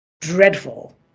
dreadful